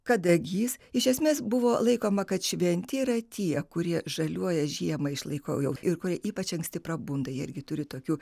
kadagys iš esmės buvo laikoma kad šventi yra tie kurie žaliuoja žiemą išlaiko jau ir kurie ypač anksti prabunda irgi turi tokių